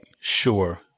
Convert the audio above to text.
sure